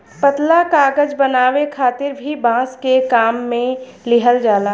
पतला कागज बनावे खातिर भी बांस के काम में लिहल जाला